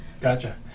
Gotcha